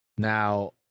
Now